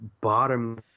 bottom